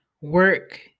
work